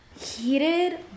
Heated